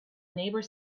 neighbour